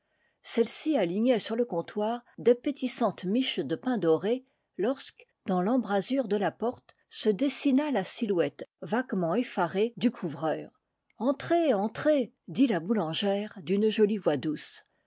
celle-ci alignait sur le comptoir d'appétissantes miches de pain doré lorsque dans l'embrasure de la porte se dessina la silhouette vaguement effarée du couvreur entrez entrez dit la boulangère d'une jolie voix douce